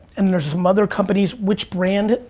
and there's some other companies, which brand,